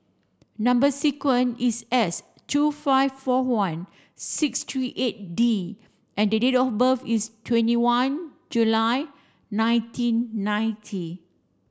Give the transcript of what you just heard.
number sequence is S two five four one six three eight D and the date of birth is twenty one July nineteen ninety